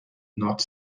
not